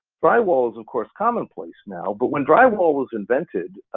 drywall is of course commonplace now but when drywall was invented,